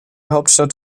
hauptstadt